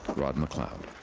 rod mcleod.